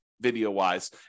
video-wise